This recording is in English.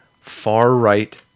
far-right